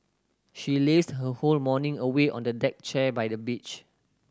she lazed her whole morning away on the deck chair by the beach